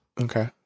Okay